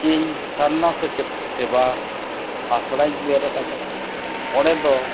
ᱤᱧ ᱥᱟᱨᱱᱟ ᱥᱮᱪᱮᱫ ᱥᱮᱵᱟ ᱟᱥᱲᱟᱧ ᱵᱮᱨᱮᱫ ᱠᱟᱫᱟ ᱚᱸᱰᱮ ᱫᱚ